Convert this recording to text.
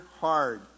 hard